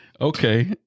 Okay